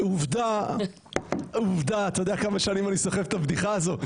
אתה יודע כמה שנים אני סוחב את הבדיחה הזו?